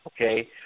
Okay